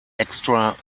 extra